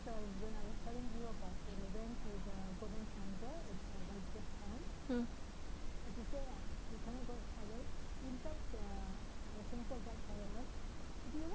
hmm